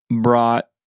brought